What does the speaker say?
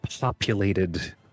populated